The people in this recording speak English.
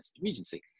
Regency